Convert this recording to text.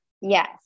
yes